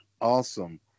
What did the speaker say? Awesome